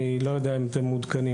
אני לא יודע אם אתם מעודכנים,